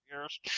years